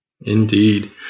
indeed